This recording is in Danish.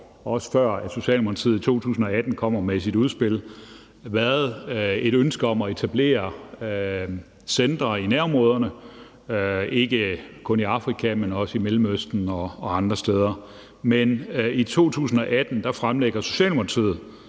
også før Socialdemokratiet i 2018 kommer med sit udspil, været et ønske om at etablere centre i nærområderne, ikke kun i Afrika, men også i Mellemøsten og andre steder. Men i 2018 fremlægger Socialdemokratiet